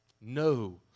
no